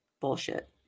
Bullshit